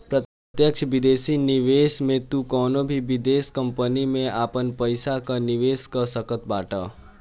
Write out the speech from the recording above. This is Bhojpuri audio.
प्रत्यक्ष विदेशी निवेश में तू कवनो भी विदेश कंपनी में आपन पईसा कअ निवेश कअ सकत बाटअ